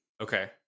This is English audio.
Okay